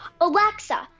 Alexa